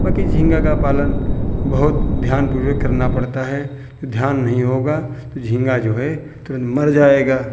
बाकी झींगा का पालन बहुत ध्यानपूर्वक करना पड़ता है तो ध्यान नहीं होगा तो झींगा जो है तुरंत मर जाएगा